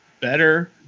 better